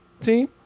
team